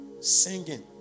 singing